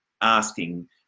asking